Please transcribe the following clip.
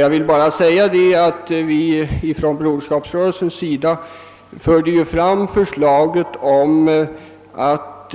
Jag vill bara säga att vi från Broderskapsrörelsens sida förde fram förslag om att